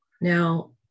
Now